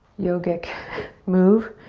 yogic move.